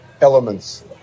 elements